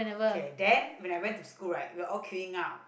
okay then when I went to school right we are all queuing up